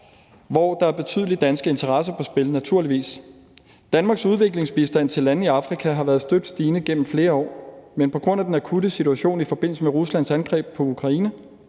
hvor der er betydelige danske interesser på spil, naturligvis. Danmarks udviklingsbistand til lande i Afrika har været støt stigende gennem flere år, men på grund af den akutte situation i forbindelse med Ruslands angreb på Ukraine